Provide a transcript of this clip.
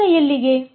ಎಲ್ಲಿಂದ ಎಲ್ಲಿಗೆ